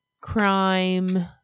crime